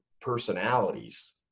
personalities